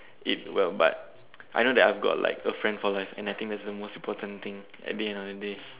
it well but I know that I've got like a friend for life and that's like the most important thing at the end of the day